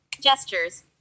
gestures